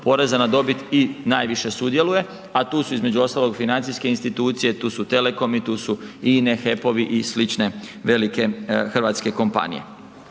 poreza na dobit i najviše sudjeluje, a tu su između ostalog financijske institucije, tu su telekomi, tu su INE, HEP-ovi i slične velike hrvatske kompanije.